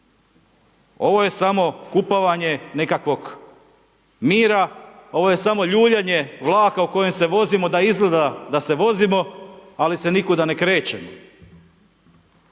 Ovo je samo kupovanje nekakvog mira, ovo je samo ljuljanje vlaka u kojem se vozimo, da izgleda da se vozimo, ali se nikuda ne krećemo.